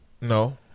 No